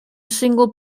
single